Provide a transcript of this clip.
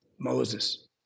Moses